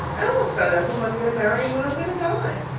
i almost found out whom i'm going to marry and when i'm going to die.